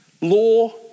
law